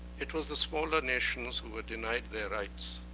it was the smaller nations who were denied their rights.